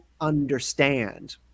understand